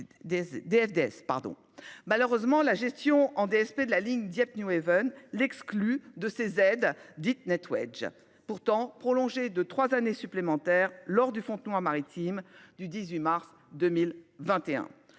Malheureusement, la gestion en DSP de la ligne Dieppe-Newhaven l'exclut de ces aides dites, pourtant prolongées de trois années supplémentaires lors du Fontenoy du maritime du 18 mars 2021.